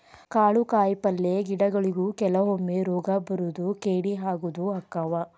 ಕಾಳು ಕಾಯಿಪಲ್ಲೆ ಗಿಡಗೊಳಿಗು ಕೆಲವೊಮ್ಮೆ ರೋಗಾ ಬರುದು ಕೇಡಿ ಆಗುದು ಅಕ್ಕಾವ